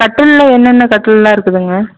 கட்டிலில் என்னென்ன கட்டிலெல்லாம் இருக்குதுங்க